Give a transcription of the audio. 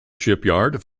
shipyard